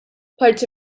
parti